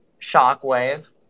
Shockwave